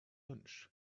lunch